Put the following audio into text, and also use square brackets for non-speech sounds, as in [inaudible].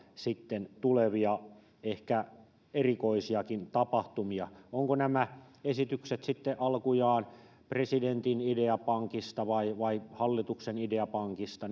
sitten tulevia ehkä erikoisiakin tapahtumia ovatko nämä esitykset sitten alkujaan presidentin ideapankista vai vai hallituksen ideapankista [unintelligible]